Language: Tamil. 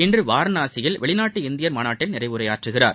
இன்று வாரணாசியில் வெளிநாட்டு இந்தியர் மாநாட்டில் நிறைவுரையாற்றுகிறார்